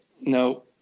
no